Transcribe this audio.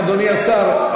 אדוני השר,